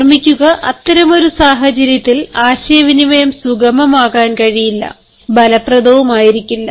ഓർമ്മിക്കുക അത്തരമൊരു സാഹചര്യത്തിൽ ആശയവിനിമയം സുഗമമാകാൻ കഴിയില്ല ഫലപ്രദവും ആയിരിക്കില്ല